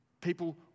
People